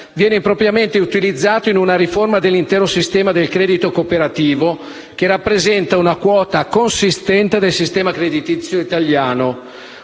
viene impropriamente utilizzato in una riforma dell'intero sistema del credito cooperativo, che rappresenta una quota consistente del sistema creditizio italiano;